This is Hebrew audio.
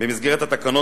במסגרת התקנות,